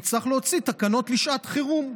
אנחנו נצטרך להוציא תקנות לשעת חירום.